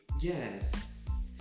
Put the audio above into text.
yes